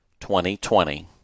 2020